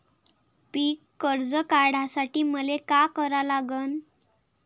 पिक कर्ज काढासाठी मले का करा लागन?